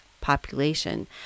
population